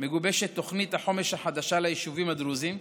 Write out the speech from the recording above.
מגובשת תוכנית החומש החדשה ליישובים הדרוזיים,